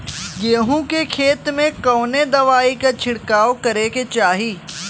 गेहूँ के खेत मे कवने दवाई क छिड़काव करे के चाही?